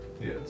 Yes